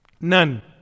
None